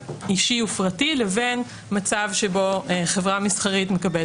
לבין מצב שבו חברה מסחרית מקבלת.